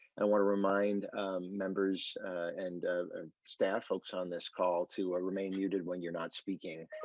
and want to remind members and staff folks on this call to ah remain muted. when you're not speaking,